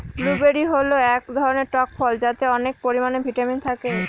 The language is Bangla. ব্লুবেরি হল এক ধরনের টক ফল যাতে অনেক পরিমানে ভিটামিন থাকে